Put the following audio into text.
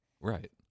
Right